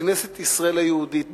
בכנסת ישראל היהודית,